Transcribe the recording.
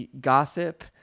gossip